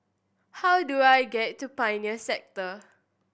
how do I get to Pioneer Sector